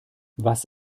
was